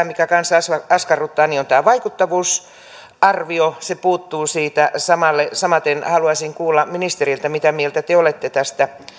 mikä kanssa askarruttaa on sitten tosiaan tämä vaikuttavuusarvio se puuttuu siitä samaten haluaisin kuulla ministeriltä mitä mieltä te olette tästä